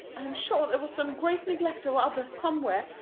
i am sure there was some great neglect or other somewhere,